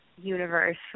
universe